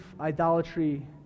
idolatry